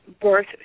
birth